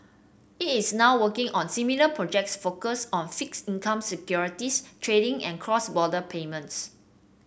it is now working on similar projects focused on fixed income securities trading and cross border payments